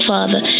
Father